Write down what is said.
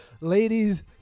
Ladies